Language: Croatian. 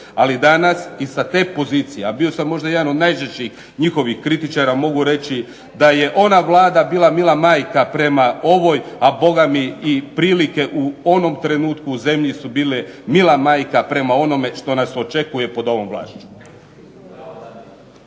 ali danas i sa te pozicije, a bio sam možda jedan od najžešćih njihovih kritičara mogu reći da je ona Vlada bila mila majka prema ovoj, a Boga mi i prilike u onom trenutku u zemlji su bile mila majka prema onome što nas očekuje pod ovom vlašću.